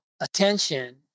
attention